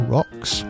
Rocks